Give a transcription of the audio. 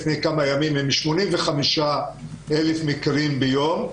לפני כמה ימים עם 85 אלף מאומתים ביום.